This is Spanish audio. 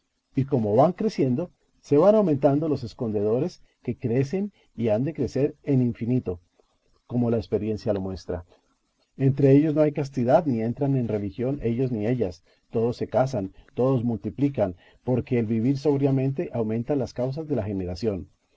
y como van creciendo se van aumentando los escondedores que crecen y han de crecer en infinito como la experiencia lo muestra entre ellos no hay castidad ni entran en religión ellos ni ellas todos se casan todos multiplican porque el vivir sobriamente aumenta las causas de la generación